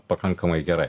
pakankamai gerai